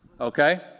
Okay